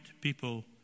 people